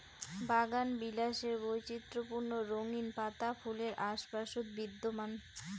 বাগানবিলাসের বৈচিত্র্যপূর্ণ রঙিন পাতা ফুলের আশপাশত বিদ্যমান